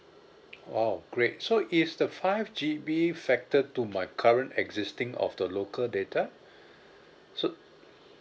!wow! great so is the five G_B factor to my current existing of the local data so